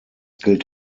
gilt